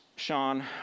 Sean